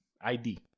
id